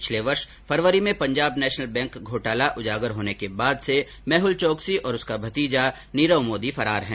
पिछले वर्ष फरवरी में पंजाब नेशनल बैंक घोटाला उजागर होने के बाद से मेहल चोकसी और उसका भतीजा नीरव मोदी फरार हैं